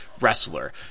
wrestler